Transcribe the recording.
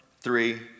three